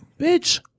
Bitch